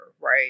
right